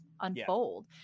unfold